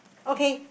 okay